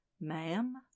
Ma'am